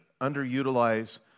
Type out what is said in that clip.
underutilize